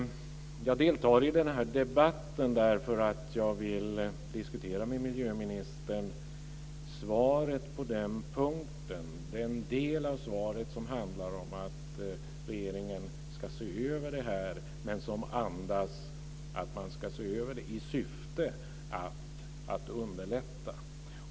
Jag deltar i debatten därför att jag vill diskutera med miljöministern den del av svaret som handlar om att regeringen ska se över detta, men som andas att man ska se över det i syfte att underlätta.